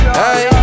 hey